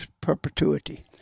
perpetuity